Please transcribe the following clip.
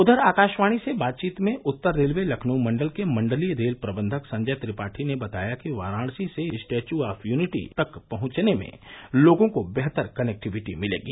उधर आकाशवाणी से बातचीत में उत्तर रेलवे लखनऊ मण्डल के मण्डलीय रेल प्रबंधक संजय त्रिपाठी ने बताया कि वाराणसी से स्टैच्य ऑफ युनिटी तक पहंचने में लोगों को बेहतर कनेक्टिविटी मिलेगी